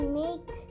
make